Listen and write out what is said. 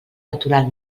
natural